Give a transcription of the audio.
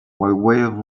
waves